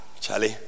charlie